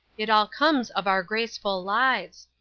it all comes of our graceful lives.